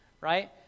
Right